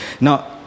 Now